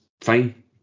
fine